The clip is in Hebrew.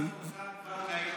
אתה מוזמן כבר היום.